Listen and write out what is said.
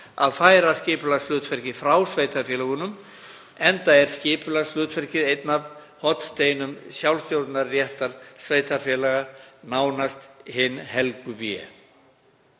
að færa skipulagshlutverkið frá sveitarfélögunum, enda er skipulagshlutverkið einn af hornsteinum sjálfsstjórnarréttar sveitarfélaga, nánast hin helgu vé.